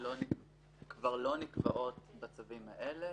עבירות חניה כבר לא נקבעות בצווים האלה,